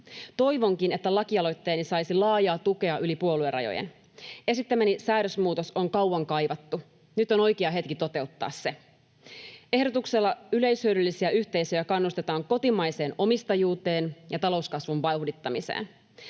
Toivonkin, että lakialoitteeni saisi laajaa tukea yli puoluerajojen. Esittämäni säädösmuutos on kauan kaivattu. Nyt on oikea hetki toteuttaa se. Ehdotuksella yleishyödyllisiä yhteisöjä kannustetaan kotimaiseen omistajuuteen ja talouskasvun vauhdittamiseen.